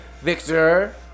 Victor